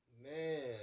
Man